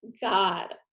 God